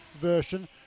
version